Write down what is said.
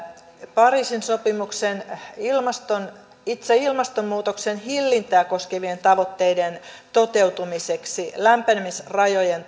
pariisin sopimuksen itse ilmastonmuutoksen hillintää koskevien tavoitteiden toteutumiseksi lämpenemisrajojen